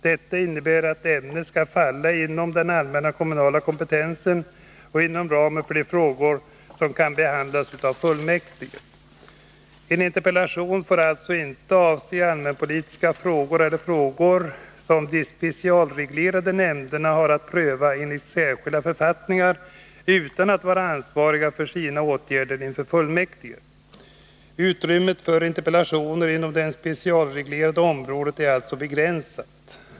Detta innebär att ämnet skall falla inom den allmänna kommunala kompetensen och inom ramen för de frågor som kan behandlas av fullmäktige. En interpellation får alltså inte avse allmänpolitiska frågor eller frågor som de specialreglerade nämnderna har att pröva enligt särskilda författningar utan att vara ansvariga för sina åtgärder inför fullmäktige. Utrymmet för interpellationer inom det specialreglerade området är alltså begränsat.